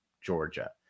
Georgia